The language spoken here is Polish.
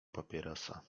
papierosa